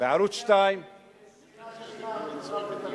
בערוץ-22, בגלל שנאת חינם חרב בית-המקדש.